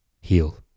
heal